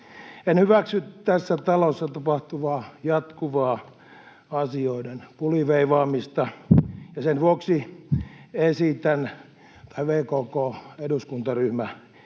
En hyväksy tässä talossa tapahtuvaa jatkuvaa asioiden puliveivaamista ja sen vuoksi esitän — tai VKK-eduskuntaryhmä